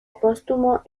póstumo